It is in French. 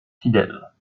fidèles